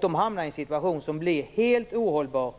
De hamnar i en situation som blir helt ohållbar.